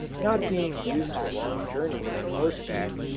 not being used to long journeys on horseback,